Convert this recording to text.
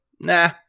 nah